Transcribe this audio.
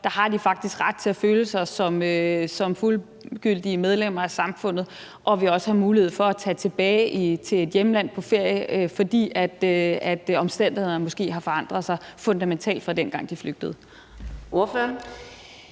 Der har de faktisk ret til at føle sig som fuldgyldige medlemmer af samfundet og også have mulighed for at tage tilbage til et hjemland på ferie, fordi omstændighederne måske har forandret sig fundamentalt fra dengang, da de flygtede. Kl.